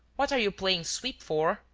what are you playing sweep for?